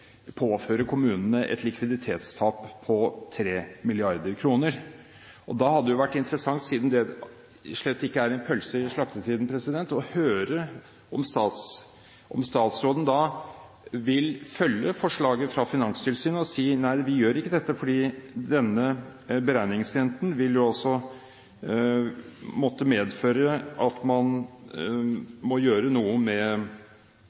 påføre kommunene et likviditetstap på 3 mrd. kr. Siden det ikke er en «pølse i slaktetiden», hadde det vært interessant å høre om statsråden vil følge forslaget fra Finanstilsynet og si: Nei, dette gjør vi ikke, fordi beregningsrenten vil måtte medføre at man må gjøre noe med